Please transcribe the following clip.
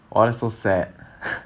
why so sad